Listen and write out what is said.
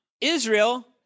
Israel